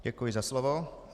Děkuji za slovo.